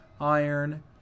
iron